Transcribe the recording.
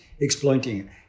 exploiting